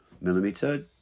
millimeter